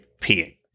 peeing